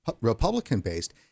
Republican-based